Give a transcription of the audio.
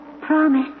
Promise